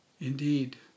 indeed